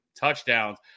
touchdowns